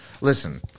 listen –